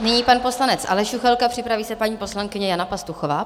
Nyní pan poslanec Aleš Juchelka, připraví se paní poslankyně Jana Pastuchová.